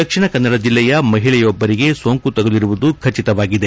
ದಕ್ಷಿಣ ಕನ್ನಡ ಜಿಲ್ಲೆಯ ಮಹಿಳೆಯೊಬ್ಬರಿಗೆ ಸೋಂಕು ತಗುಲಿರುವುದು ಖಚಿತವಾಗಿದೆ